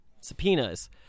subpoenas